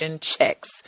checks